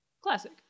classic